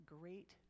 great